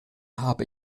habe